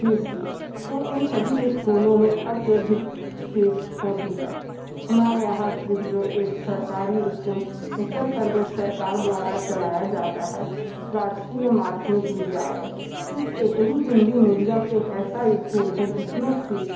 fees की तो इन सभी स्कूलों में अत्यधिक फ़ीस होती है हमारे यहाँ सिर्फ जो एक सरकारी स्कूल उत्तर प्रदेश सरकार द्वारा चलाया जाता है राजकीय माध्यमिक विद्यालय सिर्फ एक हीं हिंदी मीडियम एक ऐसा स्कूल है जिसमें फ़ीस